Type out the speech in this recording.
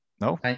No